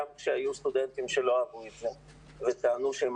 גם כשהיו סטודנטים שלא אהבו את זה וטענו שהם